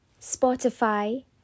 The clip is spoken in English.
Spotify